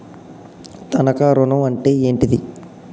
తనఖా ఋణం అంటే ఏంటిది?